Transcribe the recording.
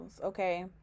okay